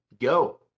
Go